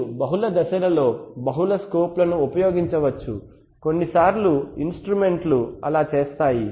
మీరు బహుళ దశలలో బహుళ స్కోప్ లను ఉపయోగించవచ్చు కొన్నిసార్లు ఇన్స్ట్రుమెంట్ లు అలా చేస్తాయి